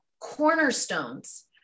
cornerstones